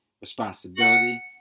responsibility